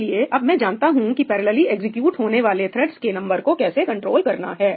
इसलिए अब मैं जानता हूं कि पैरेलली एग्जीक्यूट होने वाले थ्रेड्स के नंबर को कैसे कंट्रोल करना है